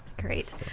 Great